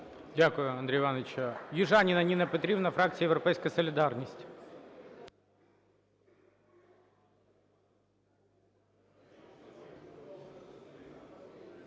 Дякую, Андрію Івановичу. Южаніна Ніна Петрівна, фракція "Європейська солідарність".